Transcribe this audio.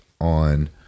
on